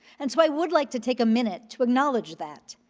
and so i would like to take a minute to acknowledge that,